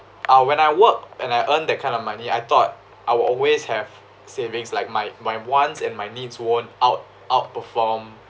uh when I work and I earn that kind of money I thought I will always have savings like my my wants and my needs won't out~ outperform